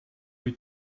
wyt